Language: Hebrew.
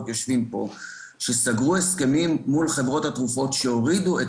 יושבים פה - שסגרו הסכמים מול חברות התרופות שהורידו את